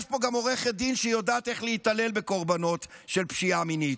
יש פה גם עורכת דין שיודעת איך להתעלל בקורבנות של פשיעה מינית,